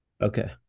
Okay